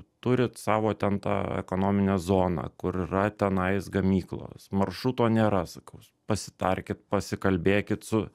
turit savo ten tą ekonominę zoną kur yra tenais gamyklos maršruto nėra sakau pasitarkit pasikalbėkit su